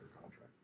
contract